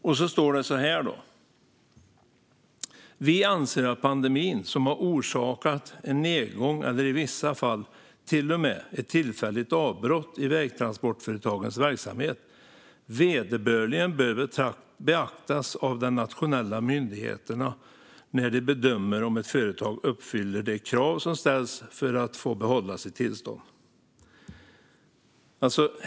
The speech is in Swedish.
Vidare står det så här: Vi anser att pandemin, som har orsakat en nedgång eller i vissa fall till och med ett tillfälligt avbrott i vägtransportföretagens verksamhet, vederbörligen bör beaktas av de nationella myndigheterna när de bedömer om ett företag uppfyller de krav som ställs för att få behålla sitt tillstånd.